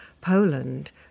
Poland